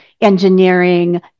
engineering